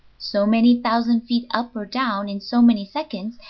so many thousand feet up or down in so many seconds,